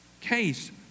case